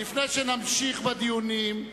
לפני שנמשיך בדיונים,